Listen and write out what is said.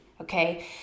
okay